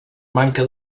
manca